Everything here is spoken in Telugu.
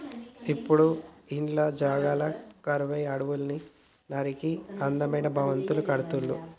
ఇప్పుడు ఇండ్ల జాగలు కరువై అడవుల్ని నరికి అందమైన భవంతులు కడుతుళ్ళు